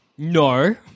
No